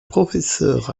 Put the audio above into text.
professeur